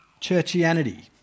churchianity